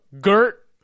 Gert